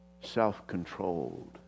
self-controlled